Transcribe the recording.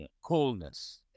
coolness